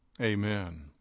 amen